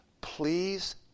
please